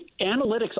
analytics